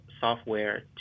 software